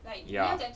ya